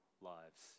lives